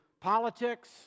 politics